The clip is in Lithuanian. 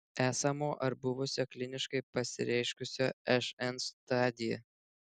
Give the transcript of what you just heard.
esamo ar buvusio kliniškai pasireiškusio šn stadija